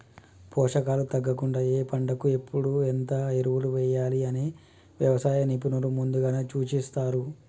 పోషకాలు తగ్గకుండా ఏ పంటకు ఎప్పుడు ఎంత ఎరువులు వేయాలి అని వ్యవసాయ నిపుణులు ముందుగానే సూచిస్తారు